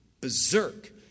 berserk